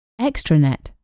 Extranet